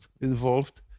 involved